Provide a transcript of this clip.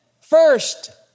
first